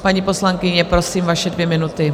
Paní poslankyně prosím, vaše dvě minuty.